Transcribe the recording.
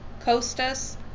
Costas